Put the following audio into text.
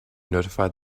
notified